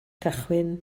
cychwyn